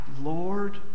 Lord